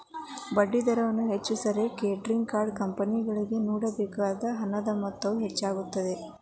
ಬಡ್ಡಿದರಗಳನ್ನು ಹೆಚ್ಚಿಸಿದರೆ, credit card ಕಂಪನಿಗಳಿಗೆ ನೇಡಬೇಕಾದ ಹಣದ ಮೊತ್ತವು ಹೆಚ್ಚಾಗುತ್ತದೆ